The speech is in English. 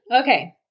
Okay